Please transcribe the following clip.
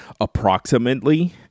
approximately